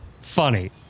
funny